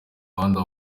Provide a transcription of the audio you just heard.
muhanda